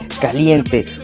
caliente